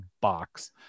box